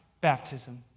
baptism